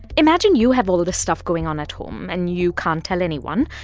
imagine you have all this stuff going on at home and you can't tell anyone.